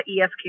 esq